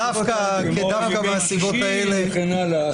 כמו ימי שישי וכן הלאה.